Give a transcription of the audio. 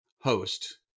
host